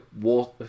water